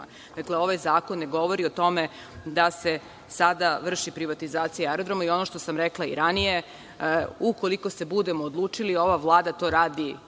Dakle, ovaj zakon ne govori o tome da se sada vrši privatizacija aerodroma. Ono što sam rekla i ranije, ukoliko se budemo odlučili, ova Vlada to radi